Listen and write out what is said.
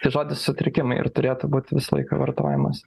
tai žodis sutrikimai ir turėtų būt visą laiką vartojamas